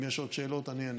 אם יש עוד שאלות, אני אענה.